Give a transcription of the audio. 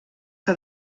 que